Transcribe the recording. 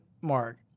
mark